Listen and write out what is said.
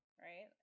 right